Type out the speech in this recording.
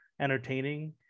entertaining